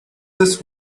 this